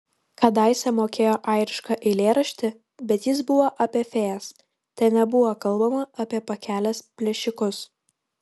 kadaise mokėjo airišką eilėraštį bet jis buvo apie fėjas ten nebuvo kalbama apie pakelės plėšikus